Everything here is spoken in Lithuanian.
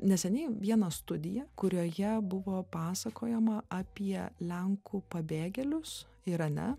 neseniai vieną studiją kurioje buvo pasakojama apie lenkų pabėgėlius irane